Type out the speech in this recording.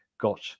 got